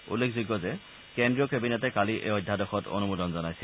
উল্লেখযোগ্য যে কেন্দ্ৰীয় কেবিনেটে কালি এই অধ্যাদেশত অনুমোদন জনাইছিল